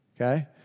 Okay